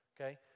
okay